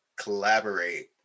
Collaborate